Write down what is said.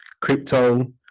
crypto